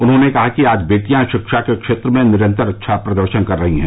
उन्होंने कहा कि आज बेटिया शिक्षा के क्षेत्र में निरंतर अच्छा प्रदर्शन कर रही हैं